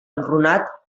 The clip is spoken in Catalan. enrunat